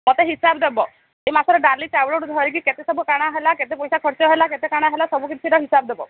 ମୋତେ ହିସାବ ଦେବ ଏ ମାସର ଡାଲି ଚାଉଳଠୁ ଧରିକି କେତେ ସବୁ କାଣା ହେଲା କେତେ ପଇସା ଖର୍ଚ୍ଚ ହେଲା କେତେ କାଣା ହେଲା ସବୁ କିିଛିର ହିସାବ ଦେବ